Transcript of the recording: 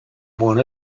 want